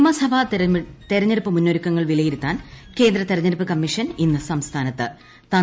നിയമസഭാ തെരുഞ്ഞെടുപ്പ് മുന്നൊരുക്കങ്ങൾ വിലയിരുത്താൻ കേന്ദ്ര തെരഞ്ഞെടുപ്പ് കമ്മിഷൻ ഇന്ന് സംസ്ഥാനത്ത് എത്തും